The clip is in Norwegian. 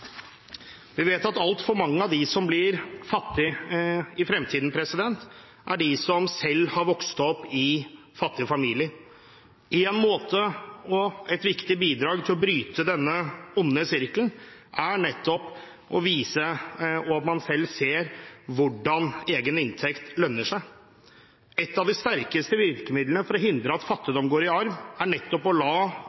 Vi vet at altfor mange av dem som blir fattige i fremtiden, er de som selv har vokst opp i fattige familier. En måte og et viktig bidrag til å bryte denne onde sirkelen er nettopp å vise – og at man selv ser – hvordan egen inntekt lønner seg. Et av de sterkeste virkemidlene for å hindre at fattigdom går i arv, er nettopp å la